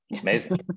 Amazing